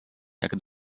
jak